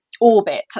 orbit